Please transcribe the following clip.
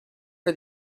for